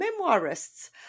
memoirists